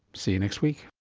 see you next week